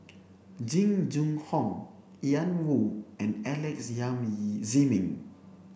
Jing Jun Hong Ian Woo and Alex Ziming